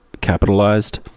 capitalized